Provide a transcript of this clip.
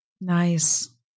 Nice